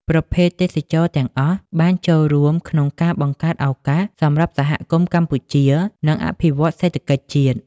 ប្រភេទទេសចរណ៍ទាំងអស់ បានចូលរួមក្នុងការបង្កើតឱកាសសម្រាប់សហគមន៍កម្ពុជា និងអភិវឌ្ឍសេដ្ឋកិច្ចជាតិ។